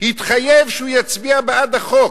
התחייב שהוא יצביע בעד החוק,